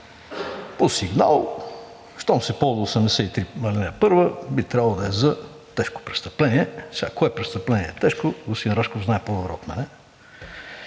По сигнал, щом се ползва чл. 83, ал. 1, би трябвало да е за тежко престъпление. Сега, кое престъпление е тежко, господин Рашков знае по-добре от мен.